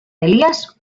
elies